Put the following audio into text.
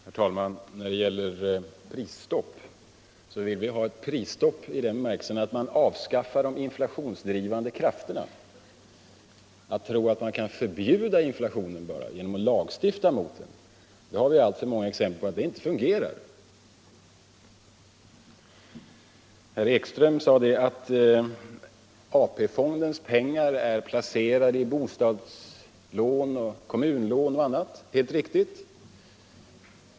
Herr talman! Vi vill ha ett prisstopp i den bemärkelsen att man avskaffar de inflationsdrivande krafterna. När det gäller tron att man kan förbjuda inflationen bara genom att lagstifta mot den har vi alltför många exempel på att det inte fungerar. Herr Ekström sade att AP-fondens pengar är placerade i bostadslån, kommunlån och annat — helt riktigt.